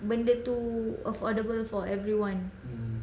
benda tu affordable for everyone